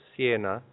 Siena